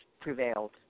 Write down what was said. prevailed